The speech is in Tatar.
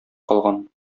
калган